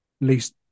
least